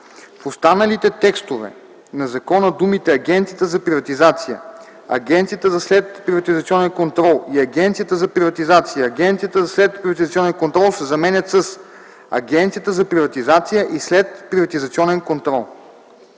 В останалите текстове на закона думите „Агенцията за приватизация”, „Агенцията за следприватизационен контрол” и „Агенцията за приватизация, Агенцията за следприватизационен контрол” се заменят с „Агенцията за приватизация и следприватизационен контрол”.”